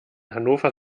hannover